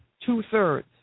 two-thirds